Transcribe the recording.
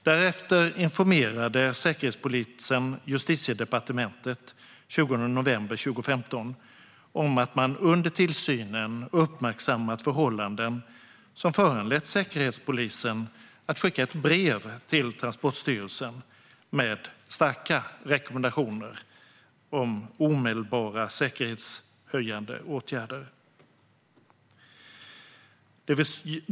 Därefter informerade Säkerhetspolisen Justitiedepartementet den 20 november 2015 om att man under tillsynen uppmärksammat förhållanden som föranlett Säkerhetspolisen att skicka ett brev till Transportstyrelsen med starka rekommendationer om omedelbara säkerhetshöjande åtgärder.